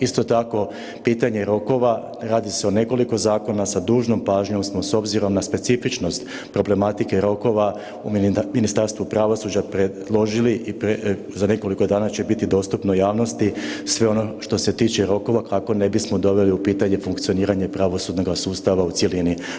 Isto tako pitanje rokova radi se o nekoliko zakona, sa dužnom pažnjom smo s obzirom na specifičnost problematike rokova u Ministarstvu pravosuđa predložili i za nekoliko dana će biti dostupno javnosti sve ono što se tiče rokova kako ne bismo doveli u pitanje funkcioniranje pravosudnoga sustava u cjelini.